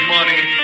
Money